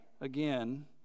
again